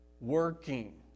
working